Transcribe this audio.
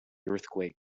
earthquake